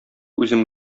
үзем